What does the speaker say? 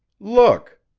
look!